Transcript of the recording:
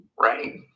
right